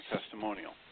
testimonial